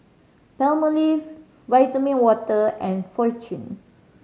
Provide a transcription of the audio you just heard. Palmolive Vitamin Water and Fortune